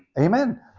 Amen